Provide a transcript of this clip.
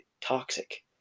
toxic